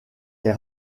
est